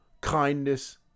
Kindness